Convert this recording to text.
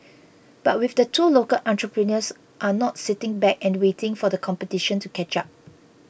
but with the two local entrepreneurs are not sitting back and waiting for the competition to catch up